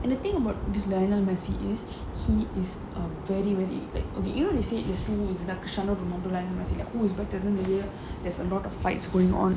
and the thing about this lionel messi is he is a very very like um okay you know say is true is an son of the motherland who is but the there's a lot of fights going on